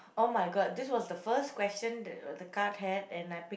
!oh-my-god! this was the first question that the card had and I pick